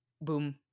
Boom